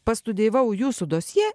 pastudijavau jūsų dosjė